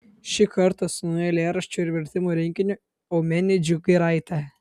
šį kartą su nauju eilėraščių ir vertimų rinkiniu eumenidžių giraitė